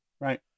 right